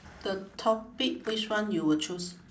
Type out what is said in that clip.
the topic which one you will choose